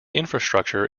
infrastructure